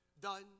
done